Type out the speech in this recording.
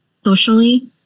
socially